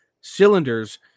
cylinders